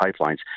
pipelines